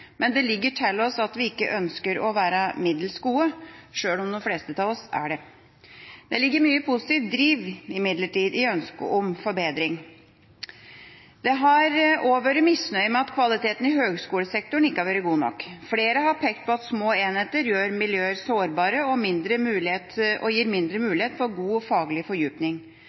men, men det ligger til oss at vi ikke ønsker å være middels gode, sjøl om de fleste av oss er det. Det ligger mye positiv driv, imidlertid, i ønsket om forbedring. Det har også vært misnøye med at kvaliteten i høgskolesektoren ikke har vært god nok. Flere har pekt på at små enheter gjør miljøer sårbare og gir mindre mulighet